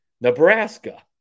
Nebraska